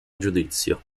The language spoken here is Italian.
giudizio